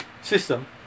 system